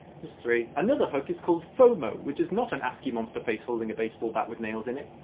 just three. another hook is called fomo. which is not an ascii monster face holding a baseball bat with nails in it.